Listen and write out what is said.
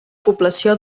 població